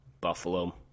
Buffalo